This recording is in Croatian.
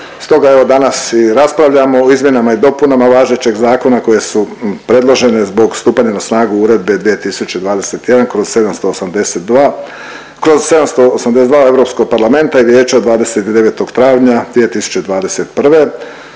Stoga evo danas i raspravljamo o izmjenama i dopuna važećeg zakona koje su predložene zbog stupanja na snagu Uredbe 2021/782 kroz 782 Europskog parlamenta i vijeća od 29. travnja 2021.